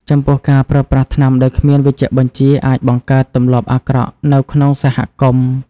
ចំពោះការប្រើប្រាស់ថ្នាំដោយគ្មានវេជ្ជបញ្ជាអាចបង្កើតទម្លាប់អាក្រក់នៅក្នុងសហគមន៍ ។